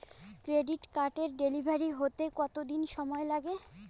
Credit কার্ডের delivery হতে কতদিন সময় লাগে?